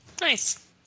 Nice